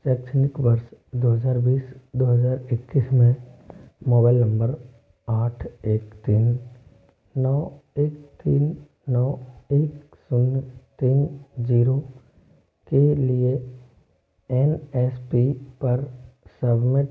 शैक्षणिक वर्ष दो हज़ार बीस दो हज़ार इक्कीस मे मोबाईल नंबर आठ एक तीन नौ एक तीन नौ एक शून्य तीन ज़ीरो के लिए एन एस पी पर सबमिट